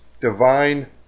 Divine